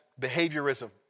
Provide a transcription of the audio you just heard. behaviorism